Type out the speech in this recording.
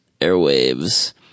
airwaves